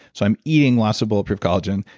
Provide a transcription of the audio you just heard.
so i'm eating lots of bulletproof collagen,